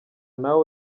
nawe